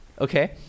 okay